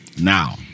Now